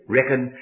Reckon